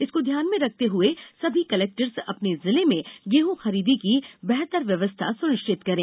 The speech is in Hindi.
इसको ध्यान में रखते हुए सभी कलेक्टर्स अपने जिले में गेहूं खरीदी की बेहतर व्यवस्था सुनिश्चित करें